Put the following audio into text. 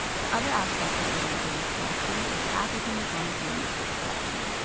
the other aspect of the library's collection is the african islamic manuscript collection,